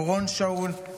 אורון שאול,